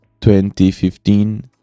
2015